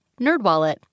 NerdWallet